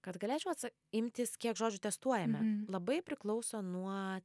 kad galėčiau atsa imtys kiek žodžių testuojame labai priklauso nuo